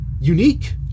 unique